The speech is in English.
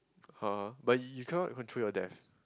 har but he he can not control your death